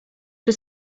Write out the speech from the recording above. czy